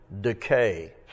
decay